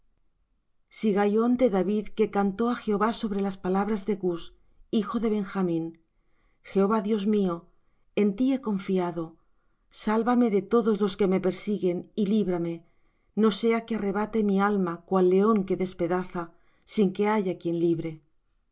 subitáneamente sigaión de david que cantó á jehová sobre las palabras de cus hijo de benjamín jehova dios mío en ti he confiado sálvame de todos los que me persiguen y líbrame no sea que arrebate mi alma cual león que despedaza sin que haya quien libre